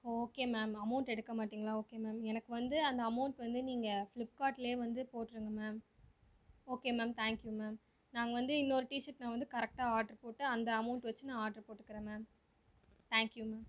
okay ma'am amount எடுக்க மாட்டிங்களா okay ma'am எனக்கு வந்து அந்த அமௌண்ட் வந்து நீங்கள் ஃப்ளிப்கார்ட்லேயே வந்து போட்டிருங்க ma'am okay ma'am thank you ma'am நாங்கள் வந்து இன்னொரு டீஷர்ட் நான் வந்து கரெக்டாக ஆர்டரு போட்டு அந்த அமௌண்ட் வச்சு நான் ஆர்டரு போட்டுக்கிறேன் மேம் தேங்க்யூ மேம்